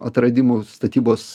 atradimų statybos